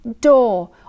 door